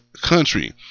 country